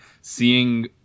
seeing